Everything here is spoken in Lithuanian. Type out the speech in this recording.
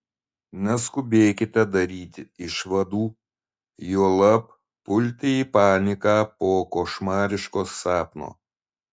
neskubėkite daryti išvadų juolab pulti į paniką po košmariško sapno